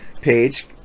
page